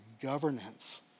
governance